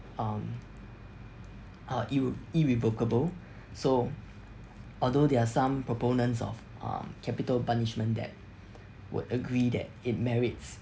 um uh ir~ irrevocable so although there are some proponents of um capital punishment that would agree that it merits